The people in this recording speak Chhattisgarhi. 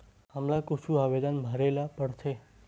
हमला कुछु आवेदन भरेला पढ़थे?